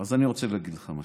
אז אני רוצה להגיד לך משהו.